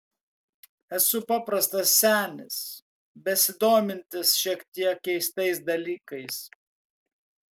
esu paprastas senis besidomintis šiek tiek keistais dalykais